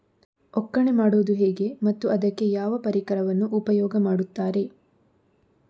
ಒಕ್ಕಣೆ ಮಾಡುವುದು ಹೇಗೆ ಮತ್ತು ಅದಕ್ಕೆ ಯಾವ ಪರಿಕರವನ್ನು ಉಪಯೋಗ ಮಾಡುತ್ತಾರೆ?